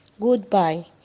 goodbye